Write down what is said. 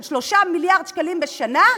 של 3 מיליארדי שקלים בשנה,